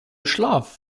schlaf